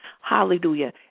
Hallelujah